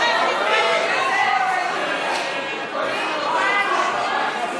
(חבר הכנסת איציק שמולי יוצא מאולם המליאה.) מי דופק שם על השולחן?